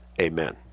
amen